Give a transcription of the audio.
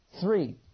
Three